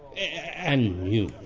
and you.